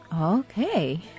Okay